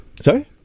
Sorry